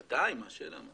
ודאי, מה השאלה.